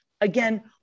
Again